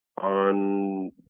on